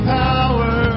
power